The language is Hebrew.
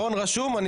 רון רשום,